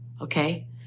okay